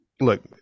Look